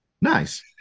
Nice